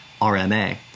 RMA